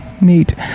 Neat